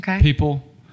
people